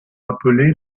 appelés